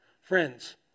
Friends